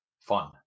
fun